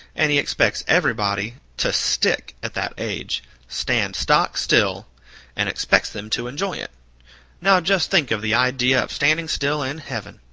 and he expects everybody to stick at that age stand stock-still and expects them to enjoy it now just think of the idea of standing still in heaven!